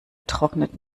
trocknet